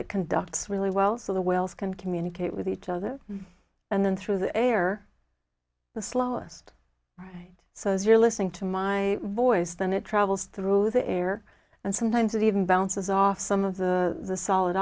it conducts really well so the whales can communicate with each other and then through the air the slowest so as you're listening to my voice then it travels through the air and sometimes it even bounces off some of the solid